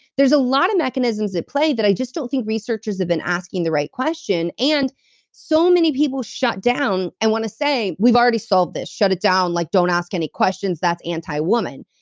there's a lot of mechanisms at play that i just don't think researchers have been asking the right question. and so many people shut down, and want to say, we've already solved this. shut it down, like don't ask any questions, that's anti-women.